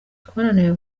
twananiwe